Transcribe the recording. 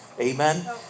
Amen